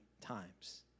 times